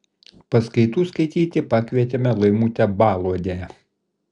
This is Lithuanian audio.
paskaitų skaityti pakvietėme laimutę baluodę